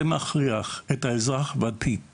זה מכריח את האזרח הוותיק